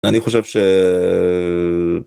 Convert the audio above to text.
אני חושב ש...